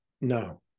no